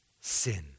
sin